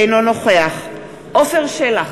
אינו נוכח עפר שלח,